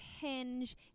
Hinge